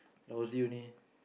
lousy only